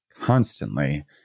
constantly